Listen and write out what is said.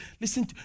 listen